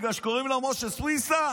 בגלל שקוראים לו משה סוויסה?